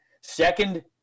Second